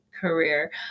career